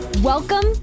Welcome